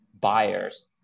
buyers